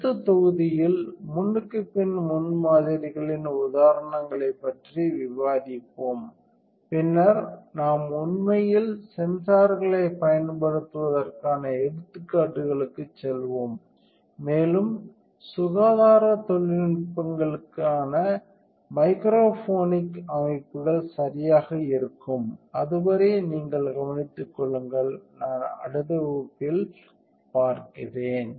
அடுத்த தொகுதியில் முன்னுக்குப் பின் முன்மாதிரிகளின் உதாரணங்களைப் பற்றி விவாதிப்போம் பின்னர் நாம் உண்மையில் சென்சார்களைப் பயன்படுத்துவதற்கான எடுத்துக்காட்டுகளுக்குச் செல்வோம் மேலும் சுகாதார தொழில்நுட்பங்களுக்கான மைக்ரோஃபோனிக் அமைப்புகள் சரியாக இருக்கும் அதுவரை நீங்கள் கவனித்துக் கொள்ளுங்கள் நான் அடுத்த வகுப்பில் பார்க்கிறேன்